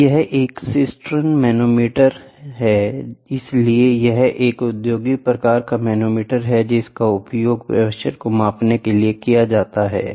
यह एक cistern manometer है इसलिए यह एक औद्योगिक प्रकार का मैनोमीटर है जिसका उपयोग प्रेशर को मापने के लिए किया जाता है